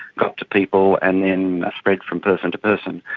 got to people, and then spread from person to person.